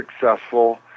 successful